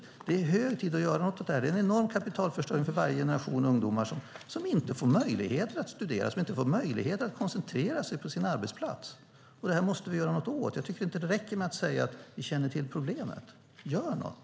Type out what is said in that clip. Det är hög tid att göra något åt detta. Det är en enorm kapitalförstöring för varje generation ungdomar som inte får möjlighet att studera och koncentrera sig på sin arbetsplats. Det räcker inte med att säga att ni känner till problemen. Gör något!